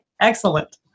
Excellent